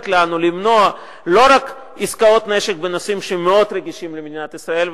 לנו למנוע לא רק עסקאות נשק בנושאים מאוד רגישים למדינת ישראל,